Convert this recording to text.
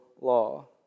law